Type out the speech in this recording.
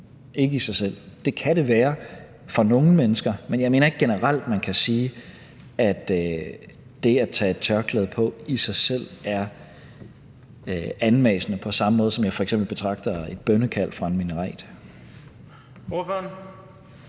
ikke i sig selv. Det kan det være for nogle mennesker, men jeg mener ikke, at man generelt kan sige, at det at tage et tørklæde på i sig selv er anmassende som f.eks. et bønnekald fra en minaret.